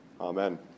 Amen